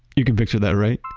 you can picture that, right?